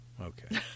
Okay